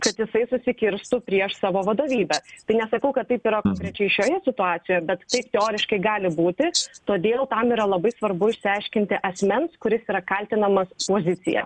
kad jisai susikirstų prieš savo vadovybę tai nesakau kad taip yra konkrečiai šioje situacijoje bet taip teoriškai gali būti todėl tam yra labai svarbu išsiaiškinti asmens kuris yra kaltinamas poziciją